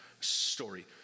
story